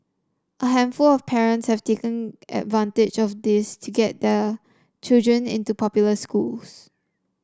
a handful of parents have taken advantage of this to get their children into popular schools